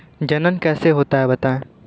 जनन कैसे होता है बताएँ?